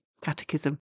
Catechism